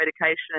medication